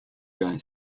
guy